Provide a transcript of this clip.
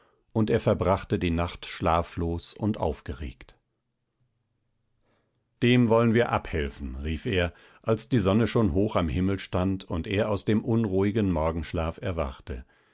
und er verbrachte die nacht schlaflos und aufgeregt dem wollen wir abhelfen rief er als die sonne schon hoch am himmel stand und er aus dem unruhigen morgenschlaf erwachte